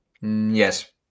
Yes